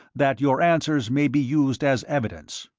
that your answers may be used as evidence.